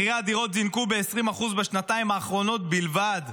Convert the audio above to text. מחירי הדירות זינקו ב-20% בשנתיים האחרונות בלבד.